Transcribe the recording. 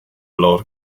lord